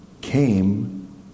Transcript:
came